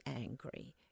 angry